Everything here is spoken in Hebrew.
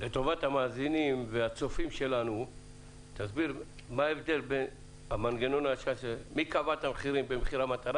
לטובת המאזינים והצופים שלנו תסביר מי קבע את המחירים במחיר המטרה